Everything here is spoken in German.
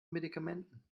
medikamenten